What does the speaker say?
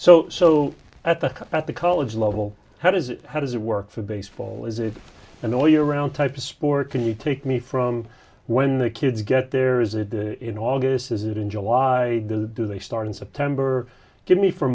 so so at the at the college level how does it how does it work for baseball is it annoy you around type a sport can you take me from when the kids get there is it in august is it in july do they start in september give me for